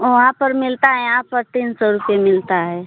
वहाँ पर मिलता है यहाँ पर तीन सौ रुपये मिलता है